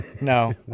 No